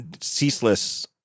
ceaseless